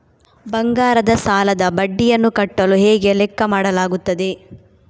ಬಂಗಾರದ ಸಾಲದ ಬಡ್ಡಿಯನ್ನು ಕಟ್ಟಲು ಹೇಗೆ ಲೆಕ್ಕ ಮಾಡಲಾಗುತ್ತದೆ?